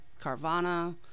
Carvana